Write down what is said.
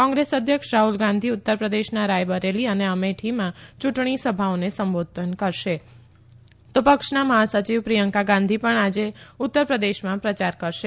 કોંગ્રેસ અધ્યક્ષ રાહ્લ ગાંધી ઉત્તર પ્રદેશના રાયબરેલી અને અમેઠીમાં યુંટણી સભાઓને સંબોધશે તો પક્ષના મહા સચિવ પ્રિયંકા ગાંધી પણ આજે ઉત્તર પ્રદેશમાં પ્રયાર કરશે